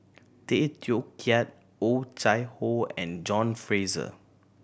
Tay Teow Kiat Oh Chai Hoo and John Fraser